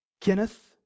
Kenneth